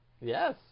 Yes